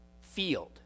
field